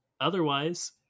Otherwise